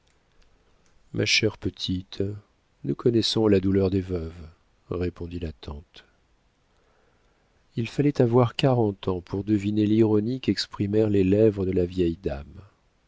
ma chère petite nous connaissons la douleur des veuves répondit la tante il fallait avoir quarante ans pour deviner l'ironie qu'exprimèrent les lèvres de la vieille dame